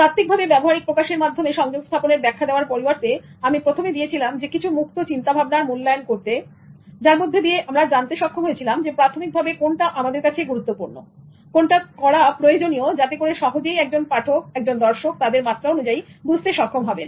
তাত্ত্বিকভাবে ব্যবহারিক প্রকাশের মাধ্যমে সংযোগ স্থাপনের ব্যাখ্যা দেওয়ার পরিবর্তে আমি প্রথমে দিয়েছিলাম কিছু মুক্ত চিন্তা ভাবনার মূল্যায়ন করতে যার মধ্যে দিয়ে আমি জানতে সক্ষম হয়েছিলাম প্রাথমিকভাবে কোনটা আমাদের কাছে গুরুত্বপূর্ণকোনটা করা প্রয়োজনীয় যাতে করে সহজেই একজন পাঠক একজন দর্শক তাদের মাত্রা অনুযায়ী বুঝতে সক্ষম হবেন